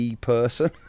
person